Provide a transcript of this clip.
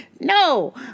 No